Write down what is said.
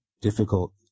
difficult